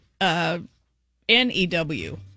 N-E-W